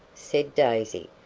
said daisy.